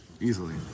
Easily